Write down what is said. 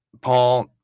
Paul